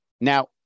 Now